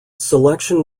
selection